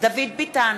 דוד ביטן,